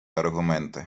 аргументи